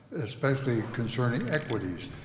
especially concerning equities.